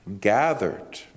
gathered